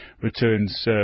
returns